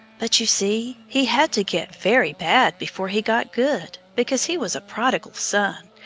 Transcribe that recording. but, you see, he had to get very bad before he got good, because he was a prodigal son.